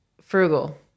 frugal